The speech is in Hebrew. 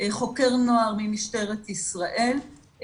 חוקר נוער ממשטרת ישראל,